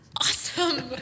awesome